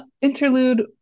Interlude